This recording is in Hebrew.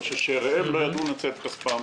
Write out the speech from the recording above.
או ששאריהם לא ידעו לנצל את כספם?